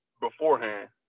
beforehand